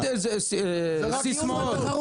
זה סיסמאות.